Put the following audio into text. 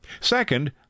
Second